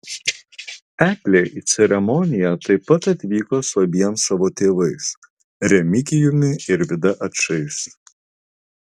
eglė į ceremoniją taip pat atvyko su abiem savo tėvais remigijumi ir vida ačais